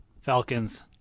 Falcons